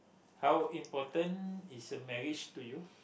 how important is a marriage to you